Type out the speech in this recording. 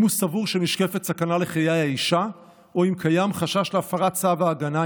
אם הוא סבור שנשקפת סכנה לחיי האישה או אם קיים חשש להפרת צו ההגנה,